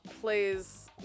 plays